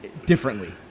differently